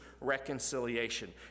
reconciliation